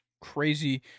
Crazy